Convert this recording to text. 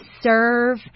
serve